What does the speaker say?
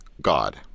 God